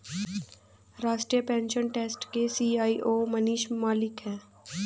राष्ट्रीय pension trust के CEO Manish Malik है